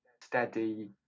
steady